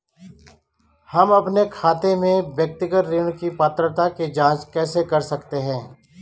हम अपने खाते में व्यक्तिगत ऋण की पात्रता की जांच कैसे कर सकते हैं?